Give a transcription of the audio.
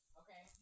okay